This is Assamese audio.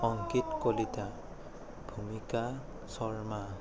অঙ্কিত কলিতা ভূমিকা শৰ্মা